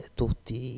tutti